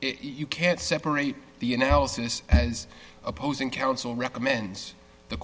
it you can't separate the analysis as opposing counsel recommends the